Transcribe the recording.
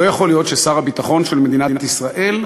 לא יכול להיות ששר הביטחון של מדינת ישראל,